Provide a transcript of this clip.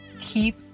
keep